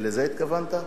לזה התכוונת?